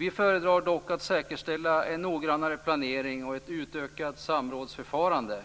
Vi föredrar dock att säkerställa en noggrannare planering och ett utökat samrådsförfarande